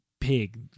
pig